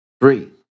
Three